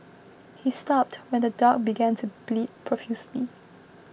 he stopped when the dog began to bleed profusely